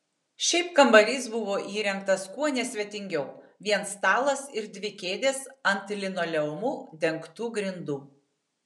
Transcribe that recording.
šiaip kambarys buvo įrengtas kuo nesvetingiau vien stalas ir dvi kėdės ant linoleumu dengtų grindų